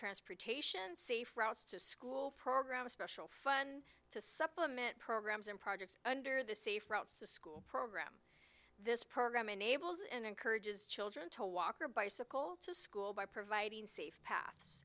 transportation safe to school program a special fund to supplement programs and projects under the safe routes to school program this program enables and encourages children to walk or bicycle to school by providing safe pa